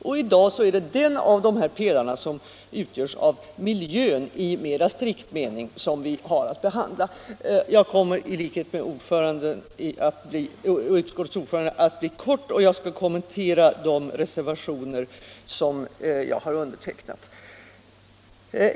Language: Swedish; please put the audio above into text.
I dag är det den av dessa pelare som utgörs av miljön i mera strikt mening som vi har att behandla. Jag kommer i likhet med utskottets ordförande att fatta mig kort och skall bara kommentera de reservationer som jag har undertecknat.